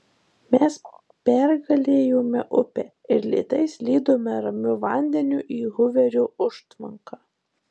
mes pergalėjome upę ir lėtai slydome ramiu vandeniu į huverio užtvanką